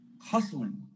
hustling